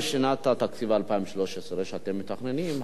בשנת התקציב 2013 שאתם מתכננים,